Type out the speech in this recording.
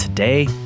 Today